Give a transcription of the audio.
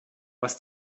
was